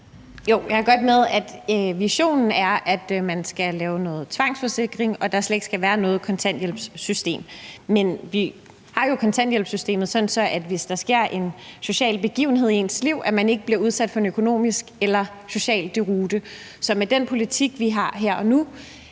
Jeg er godt med på, at visionen er, at man skal lave noget tvangsforsikring, og at der slet ikke skal være noget kontanthjælpssystem, men vi har jo kontanthjælpssystemet, sådan at man ikke bliver udsat for en økonomisk eller social deroute, hvis der sker en